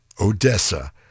Odessa